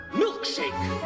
milkshake